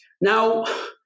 now